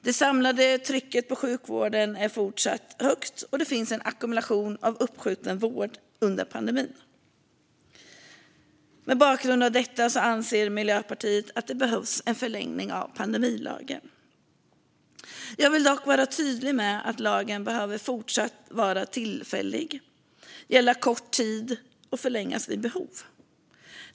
Det samlade trycket på sjukvården är fortsatt högt, och det finns en ackumulation av uppskjuten vård under pandemin. Mot bakgrund av detta anser Miljöpartiet att det behövs en förlängning av pandemilagen. Jag vill dock vara tydlig med att lagen fortsatt behöver vara tillfällig och att den ska gälla kort tid och förlängas vid behov.